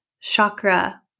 chakra